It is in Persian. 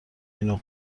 اینو